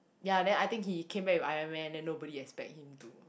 ya then I think he came back with Iron Man then nobody expect him to